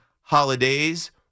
holidays